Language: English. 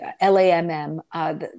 L-A-M-M